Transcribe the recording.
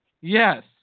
Yes